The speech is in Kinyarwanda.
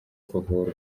kuvurwa